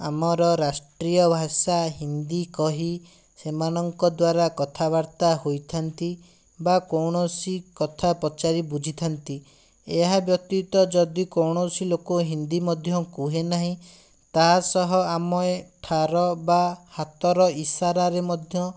ଆମର ରାଷ୍ଟ୍ରୀୟ ଭାଷା ହିନ୍ଦୀ କହି ସେମାନଙ୍କ ଦ୍ୱାରା କଥାବାର୍ତ୍ତା ହୋଇଥାନ୍ତି ବା କୌଣସି କଥା ପଚାରି ବୁଝିଥାନ୍ତି ଏହା ବ୍ୟତୀତ ଯଦି କୌଣସି ଲୋକ ହିନ୍ଦୀ ମଧ୍ୟ କୁହେ ନାହିଁ ତା'ସହ ଆମ ଏ ଠାର ବା ହାତର ଇସାରାରେ ମଧ୍ୟ